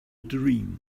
dream